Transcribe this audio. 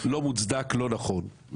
לא מוצדק, לא נכון.